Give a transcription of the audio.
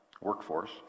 workforce